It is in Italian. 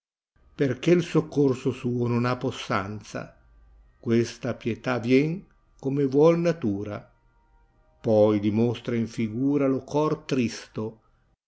perchè il soccorso suo non ha possanza questa pietà vien come vuol natura poi dimostra in figura lo cor tristo